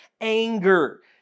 anger